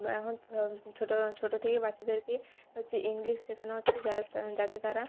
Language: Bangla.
এখন সব ছোটো ছোটো থেকেই বাচ্চাদেরকে হচ্ছে ইংলিশ শেখানো হচ্ছে যাত যাতে তারা